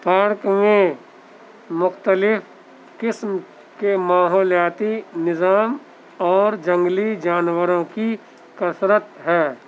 park میں مختلف قسم کے ماحولیاتی نظام اور جنگلی جانوروں کی کثرت ہے